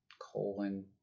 Colon